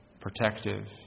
Protective